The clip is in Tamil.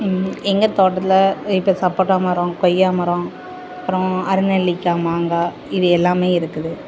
எங்கள் தோட்டத்தில் இப்போ சப்போட்டா மரம் கொய்யாமரம் அப்புறம் அரைநெல்லிக்காய் மாங்காய் இது எல்லாமே இருக்குது